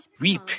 weep